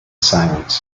silence